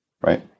right